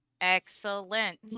Excellent